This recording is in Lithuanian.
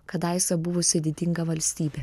kadaise buvusi didinga valstybė